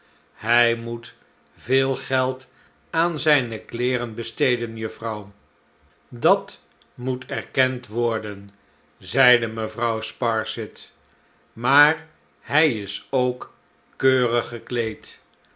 hij moet veel geld aan zijne kleeren besteden juffrouw dat moet erkend worden zeide mevrouw sparsit maar hij is ook keurig gekleed